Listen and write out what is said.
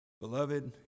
beloved